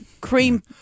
cream